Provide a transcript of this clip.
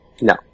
No